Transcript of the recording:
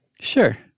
Sure